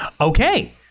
Okay